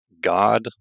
God